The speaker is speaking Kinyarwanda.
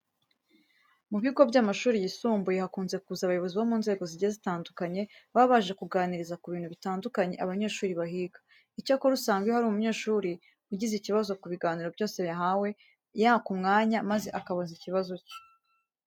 Mu bigo by'amashuri yisumbuye hakunze kuza abayobozi bo mu nzego zigiye zitandukanye baba baje kuganiriza ku bintu bitandukanye abanyeshuri bahiga. Icyakora usanga iyo hari umunyeshuri agize ikibazo ku biganiro byose bahawe, yaka umwanya maze akabaza ikibazo cye.